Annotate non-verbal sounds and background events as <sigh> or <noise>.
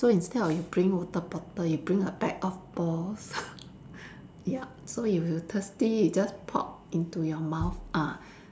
so instead of you bring water bottle you bring a bag of balls <laughs> ya so if you thirsty you just pop into your mouth ah